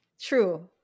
True